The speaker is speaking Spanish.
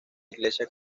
iglesia